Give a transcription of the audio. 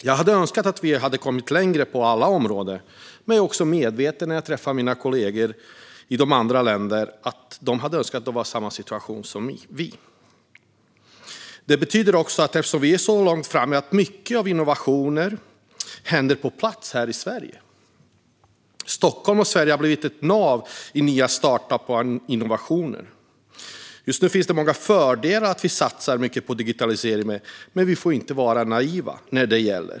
Jag önskar att vi hade kommit längre på alla områden, men jag är också medveten om att mina kollegor från andra länder önskar att de hade samma situation som vi. Detta betyder, eftersom vi är så långt framme, att mycket innovation sker här på plats här i Sverige. Stockholm och Sverige har blivit ett nav för nya startup-företag och innovationer. Just nu finns det många fördelar med att vi satsar mycket på digitalisering, men vi får inte vara naiva.